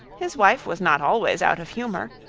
his wife was not always out of humour,